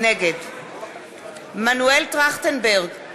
נגד מנואל טרכטנברג,